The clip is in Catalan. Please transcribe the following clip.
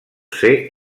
ser